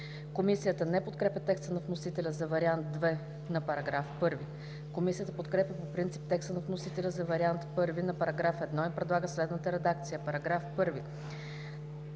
Комисията не подкрепя текста на вносителя за вариант 2 на § 1. Комисията подкрепя по принцип текста на вносителя за вариант 1 на § 1 и предлага следната редакция: